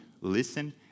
listen